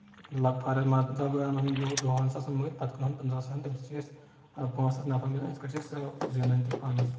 لگ فرد مطلب انٕہوٚن دُہَن ساسَن مٔلۍ پَتہٕ کٔنہوٚن پٕنٛژٕہَن ساسَن تمہِ سۭتۍ چھ أسۍ پانٛژھ ہتھ نفع ملان اِتھ کٲٹھۍ چھ أسۍ زینان تہِ پانَس